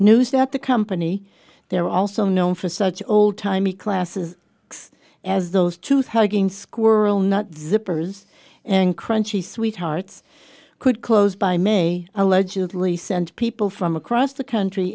news that the company they're also known for such old timey classes as those two thanking squirrel not zippers and crunchy sweethearts could close by may allegedly sent people from across the country